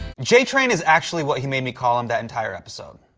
j train is actually what he made me call him that entire episode,